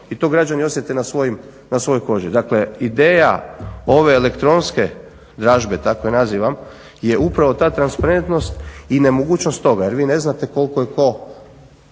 i to građani osjete na svojoj koži. Dakle, ideja ove elektronske dražbe, tako je nazivam, je upravo ta transparentnost i nemogućnost toga jer vi ne znate koliko je tko